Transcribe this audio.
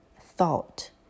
thought